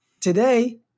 today